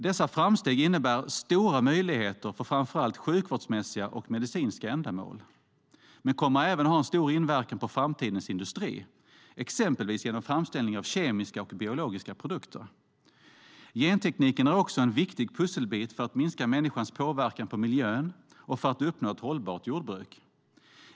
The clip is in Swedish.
Dessa framsteg innebär stora möjligheter för framför allt sjukvårdsmässiga och medicinska ändamål men kommer även att ha en stor inverkan på framtidens industri, exempelvis genom framställning av kemiska och biologiska produkter. Gentekniken är också en viktig pusselbit för att minska människans påverkan på miljön och för att uppnå ett hållbart jordbruk.